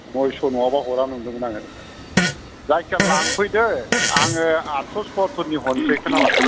नयस' नङाबा हरा नंदोंमोन आङो जायखिया लांफैदो आङो आदस' सवाथुरनि हरनोसै खोनाबाय